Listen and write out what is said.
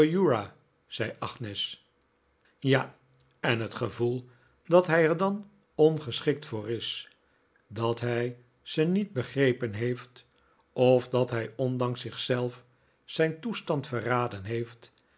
zei agnes ja en het gevoel dat hij er dan ongeschikt voor is dat hij ze niet begrepen heeft of dat hij ondanks zich zelf zijn toestand verraden heeft